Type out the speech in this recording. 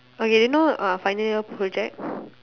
okay you know uh final year project